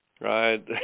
Right